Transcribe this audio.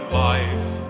life